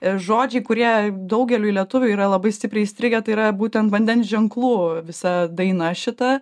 ir žodžiai kurie daugeliui lietuvių yra labai stipriai įstrigę tai yra būtent vandens ženklų visa daina šitą